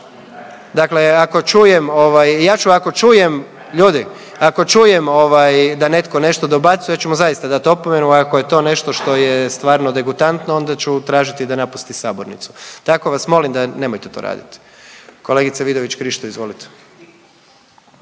ja ću, ako čujem, ljudi, ako čujem ovaj da netko nešto dobacuje, ja ću mu zaista dati opomenu, ako je to nešto što je stvarno degutantno, onda ću tražiti i da napusti sabornicu. Tako vas molim, nemojte to raditi. Kolegice Vidović Krišto, izvolite.